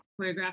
choreograph